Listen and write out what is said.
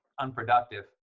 unproductive